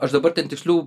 aš dabar ten tikslių